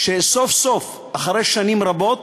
שסוף-סוף, אחרי שנים רבות,